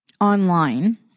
online